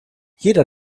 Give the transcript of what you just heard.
jeder